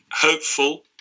hopeful